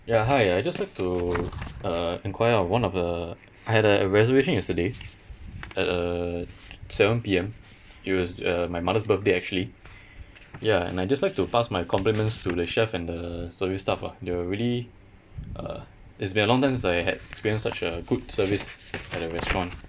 yeah hi I just like to uh enquire on one of the I had a a reservation yesterday at uh seven P_M it was uh my mother's birthday actually ya and I just like to pass my compliments to the chef and the service staff ah they were really uh it's been a long time since I had experienced such a good service at a restaurant